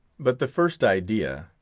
but the first idea,